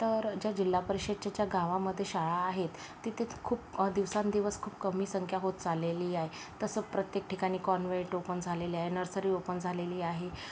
तर ज्या जिल्हा परिषदच्या ज्या गावामध्ये शाळा आहेत तिथे खूप दिवसेंदिवस कमी संख्या होत चाललेली आहे तसं प्रत्येक ठिकाणी कॉन्व्हेन्ट ओपन झालेलं आहे नर्सरी ओपन झालेली आहे